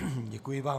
Děkuji vám.